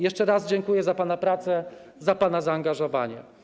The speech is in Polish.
Jeszcze raz dziękuję za pana pracę, za pana zaangażowanie.